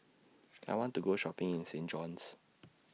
I want to Go Shopping in Saint John's